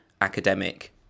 academic